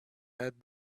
had